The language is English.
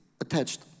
attached